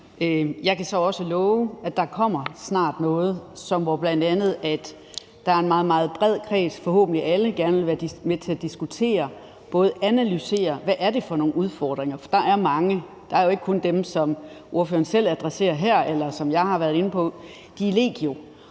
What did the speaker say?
Jeg kan så også love, at der snart kommer noget, hvor der bl.a. er en meget, meget bred kreds, forhåbentlig alle, der gerne vil være med til både at diskutere og analysere, hvad det er for nogle udfordringer. For der er mange. Der er jo ikke kun dem, som ordføreren selv adresserer her, eller som jeg har været inde på, men de er legio,